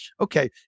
okay